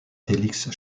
félix